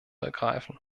ergreifen